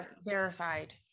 verified